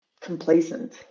complacent